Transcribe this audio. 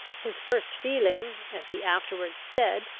his first feeling, as he afterwards said,